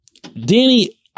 Danny